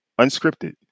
unscripted